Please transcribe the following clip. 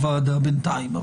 אומר: